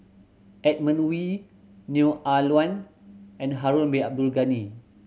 Edmund Wee Neo Ah Luan and Harun Bin Abdul Ghani